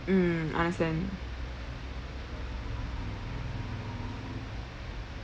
mm understand